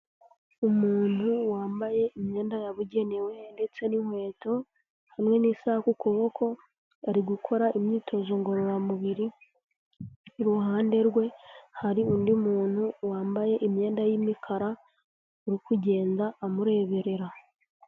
Umuntu wambaye imyenda yabugenewe ndetse n'inkweto hamwe n'isaha ku kuboko ari gukora imyitozo ngororamubiri, iruhande rwe hari undi muntu wambaye imyenda y'imikara uri kugenda amureberera.